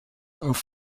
auf